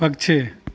पक्षी